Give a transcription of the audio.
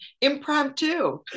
impromptu